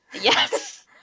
Yes